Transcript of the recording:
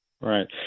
Right